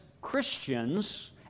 Christians